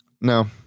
No